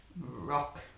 Rock